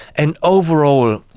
and over all,